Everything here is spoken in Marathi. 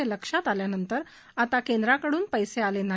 हे लक्षात आल्यानंतर आता केंद्राकडून पैसे आले नाही